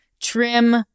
trim